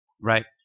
right